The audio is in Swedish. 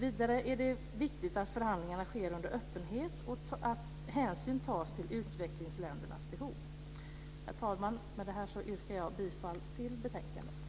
Vidare är det viktigt att förhandlingarna sker under öppenhet och att hänsyn tas till utvecklingsländernas behov. Herr talman! Med detta yrkar jag bifall till utskottets förslag i betänkandet.